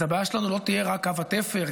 אז הבעיה שלנו לא תהיה רק קו התפר,